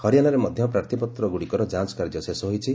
ହରିୟାଣାରେ ମଧ୍ୟ ପ୍ରାର୍ଥୀପତ୍ରଗୁଡ଼ିକର ଯାଞ୍ଚ କାର୍ଯ୍ୟ ଶେଷ ହୋଇଛି